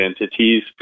entities